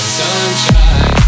sunshine